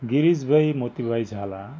Girishbhai Motibhai Jhala